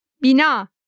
bina